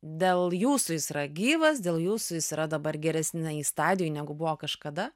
dėl jūsų jis yra gyvas dėl jūsų jis yra dabar geresnėj nei stadijoj negu buvo kažkada